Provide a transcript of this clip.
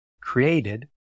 created